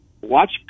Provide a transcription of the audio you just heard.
watch